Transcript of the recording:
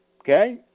Okay